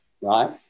right